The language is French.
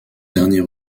dernier